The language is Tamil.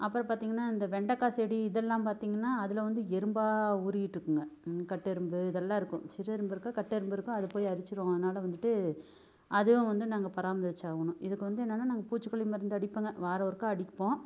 அப்புறம் பார்த்திங்கன்னா அந்த வெண்டக்காய் செடி இதெல்லாம் பார்த்திங்கன்னா அதில் வந்து எறும்பாக ஊறிக்கிட்டு இருக்குங்க கட்டெறும்பு இதெல்லாம் இருக்கும் சிறு எறும்பு இருக்கும் கட்டெறும்பு இருக்கும் அது போய் அரிச்சிடும் அதனால வந்துட்டு அதுவும் வந்து நாங்கள் பராமரிச்சு ஆகணும் இதுக்கு வந்து என்னன்னா நாங்கள் பூச்சி கொல்லி மருந்து அடிப்போங்க வாரம் ஒருக்க அடிப்போம்